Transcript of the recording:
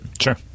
Sure